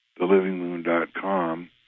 thelivingmoon.com